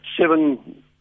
seven